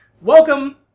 welcome